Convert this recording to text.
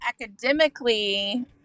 academically